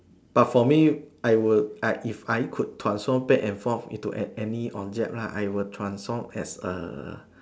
but for me I would like if I could transform back and fall into any any object lah I will transform as a